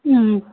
ꯎꯝ